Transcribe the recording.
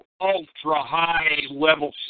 ultra-high-level